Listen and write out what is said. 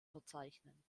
verzeichnen